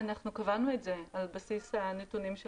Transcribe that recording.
אנחנו קבענו את זה על בסיס הנתונים של